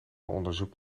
onderzoek